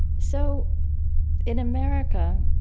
so in america,